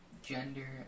Gender